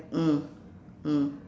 mm mm